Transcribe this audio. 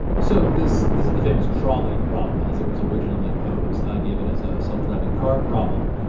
so this this is the famous trolley problem as it was originally posed. i gave it as a self-driving car problem.